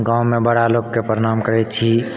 गाँवमे बड़ा लोकके प्राणाम करै छी